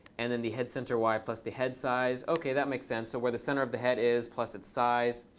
and then the head center y plus the head size. ok. that makes sense. so where the center of the head is plus its size.